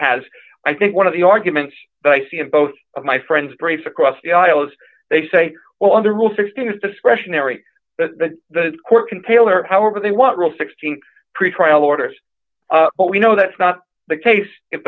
has i think one of the arguments that i see in both of my friends race across the aisle as they say well other will sixteen is discretionary that the court can tailor however they want rule sixteen pretrial orders but we know that's not the case if